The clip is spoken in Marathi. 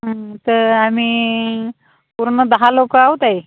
हं तर आम्ही पूर्ण दहा लोक आहोत ताई